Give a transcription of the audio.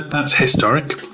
that's historic.